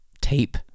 tape